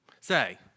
say